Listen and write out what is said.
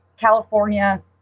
California